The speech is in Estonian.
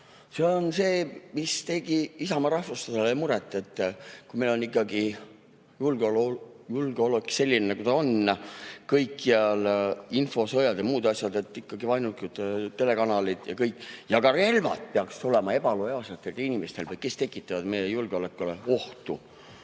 See on see, mis tegi Isamaa rahvuslastele muret, et kui meil on ikkagi julgeolek selline, nagu ta on, kõikjal on infosõjad ja muud asjad, vaenulikud telekanalid ja kõik, kas siis ka relvad peaksid olema ebalojaalsetel inimestel, kes tekitavad meie julgeolekule ohtu.